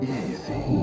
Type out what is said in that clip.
easy